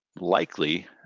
likely